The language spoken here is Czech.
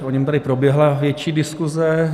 O něm tady proběhla větší diskuze.